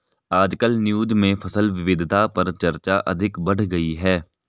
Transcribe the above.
आजकल न्यूज़ में फसल विविधता पर चर्चा अधिक बढ़ गयी है